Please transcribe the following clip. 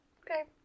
Okay